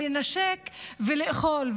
לנשק ולאכול,